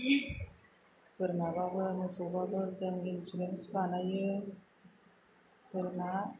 बोरमाबाबो मोसौबाबो जों इन्सुरेन्स बानायो बोरमा